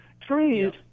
Trees